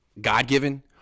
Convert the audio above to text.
God-given